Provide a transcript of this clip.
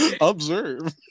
Observe